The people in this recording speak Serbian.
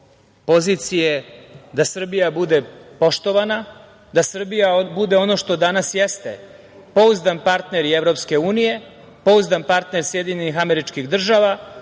pozicije da Srbija bude poštovana, da Srbija bude ono što danas jeste, pouzdan partner Evropske unije, pouzdan partner SAD, pouzdan